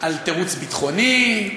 תירוץ ביטחוני,